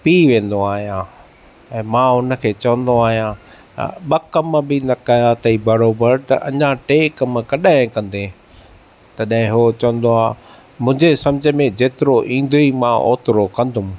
P वेंदो आहियां ऐ मां हुन खे चवंदो आहियां ॿ कम बि न कया अथइ बरोबर अञा टे कम कॾहिं कंदे तॾहिं हुओ चवंदो आ मुंहिंजे सम्झ में जेतिरो ईंदुई मां ओतरो कंदुमि